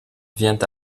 vivent